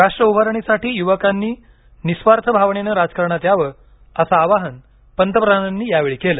राष्ट्र उभारणीसाठी युवकांनी निस्वार्थ भावनेनं राजकारणात यावं असं आवाहन पंतप्रधानांनी यावेळी केलं